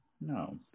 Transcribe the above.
No